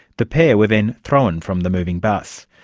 the pair were then thrown from the moving bus.